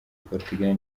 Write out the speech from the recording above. portugal